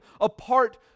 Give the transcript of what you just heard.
apart